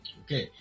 okay